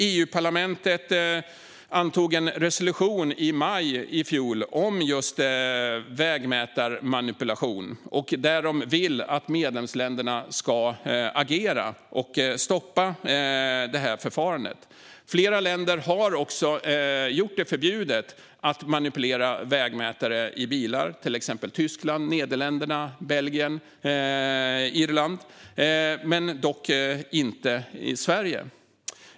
EU-parlamentet antog en resolution i maj i fjol om just vägmätarmanipulation, där man vill att medlemsländerna ska agera och stoppa förfarandet. Flera länder har också gjort det förbjudet att manipulera vägmätare i bilar. Det gäller till exempel Tyskland, Nederländerna, Belgien och Irland - dock inte Sverige.